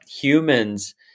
humans